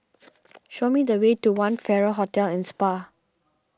show me the way to one Farrer Hotel and Spa